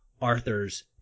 Arthur's